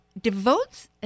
devotes